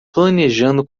planejando